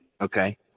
Okay